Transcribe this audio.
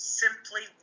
simply